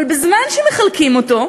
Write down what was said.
אבל בזמן שמחלקים אותו,